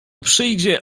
przyjdzie